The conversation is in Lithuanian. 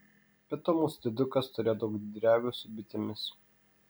be to mūsų diedukas turėjo daug drevių su bitėmis